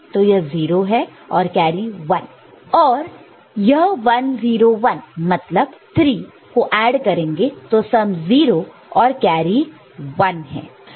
तो यह 0 है और कैरी 1 है तो यह 1 0 1 मतलब 3 को ऐड करेंगे तो सम 0 और कैरी 1 है